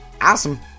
awesome